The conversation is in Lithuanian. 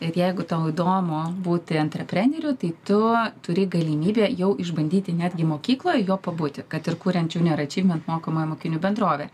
ir jeigu tau įdomu būti antrepreneriu tai tu turi galimybę jau išbandyti netgi mokykloj juo pabūti kad ir kuriant junior achievement mokomąją mokinių bendrovę